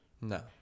No